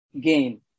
gain